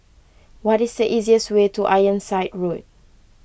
what is the easiest way to Ironside Road